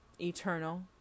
eternal